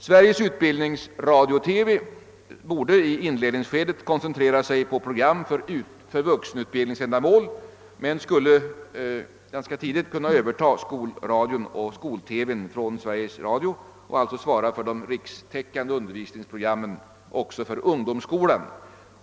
Sveriges utbildnigsradio-TV borde i inledningsskedet koncentrera sig på program för vuxenutbildningsändamål men skulle ganska tidigt kunna överta skolradio och skol-TV:n från Sveriges Radio och alltså svara för de rikstäckande undervisningsprogrammen också för ungdomsskolan.